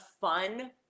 fun